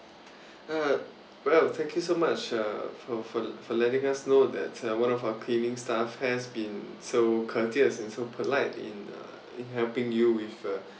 uh well thank you so much uh for for for letting us know that uh one of our cleaning staff has been so courteous and so polite in uh in helping you with uh